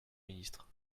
ministre